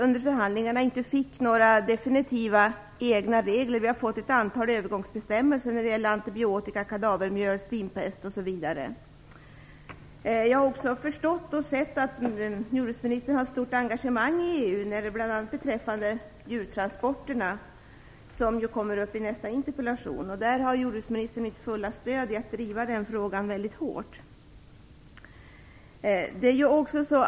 Under förhandlingarna fick vi ju inte några definitiva egna regler. Vi har fått ett antal övergångsbestämmelser när det gäller antibiotika, kadavermjöl, svinpest osv. Jag har också förstått och sett att jordbruksministern har ett stort engagemang i EU bl.a. beträffande djurtransporterna; det ämnet kommer upp i nästa interpellation. Jordbruksministern har mitt fulla stöd att driva den frågan hårt.